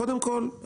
קודם כול,